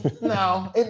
no